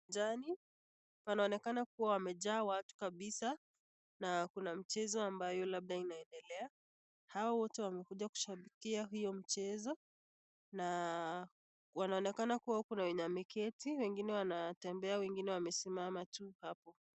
Jani, panaonekana kuwa wamejaa watu kabisa na kuna mchezo ambayo labda inaendelea. Hao wote wamekuja kushabikia huo mchezo na wanaonekana kuwa kuna wengine wameketii, wengine wanatembea, wengine wamesimama tu hapo.